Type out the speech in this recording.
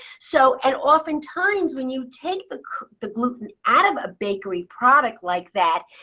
so and oftentimes, when you take the the gluten out of a bakery product like that,